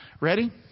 Ready